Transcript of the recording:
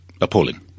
appalling